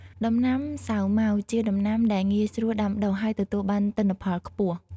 ដំណាំសាវម៉ាវជាដំណាំដែលងាយស្រួលដាំដុះ ហើយទទួលបានទិន្នផលខ្ពស់។